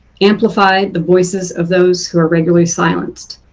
amplify the voices of those who are regularly silenced.